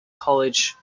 college